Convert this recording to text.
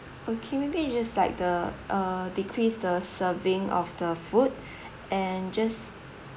okay maybe you just like the uh decrease the serving of the food and just